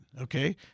okay